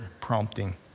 prompting